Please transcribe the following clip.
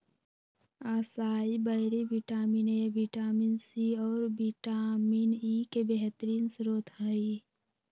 असाई बैरी vitamin A, vitamin C, और vitamin E के बेहतरीन स्त्रोत हई